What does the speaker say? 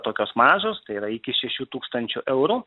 tokios mažos tai yra iki šeši tūkstančių eurų